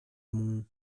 mon